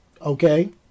Okay